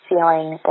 feeling